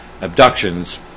abductions